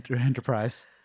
enterprise